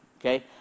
okay